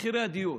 מחירי הדיור.